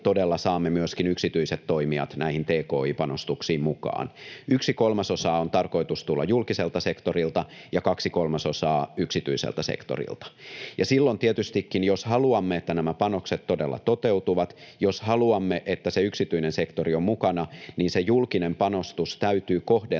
todella saamme myöskin yksityiset toimijat näihin tki-panostuksiin mukaan. Yksi kolmasosa on tarkoitus tulla julkiselta sektorilta ja kaksi kolmasosaa yksityiseltä sektorilta. Silloin tietystikin, jos haluamme, että nämä panokset todella toteutuvat, jos haluamme, että se yksityinen sektori on mukana, niin se julkinen panostus täytyy kohdentaa